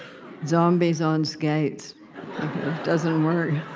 zombies on skates. it doesn't work.